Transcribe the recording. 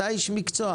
אתה איש מקצוע,